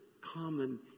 common